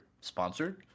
sponsored